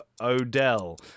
O'Dell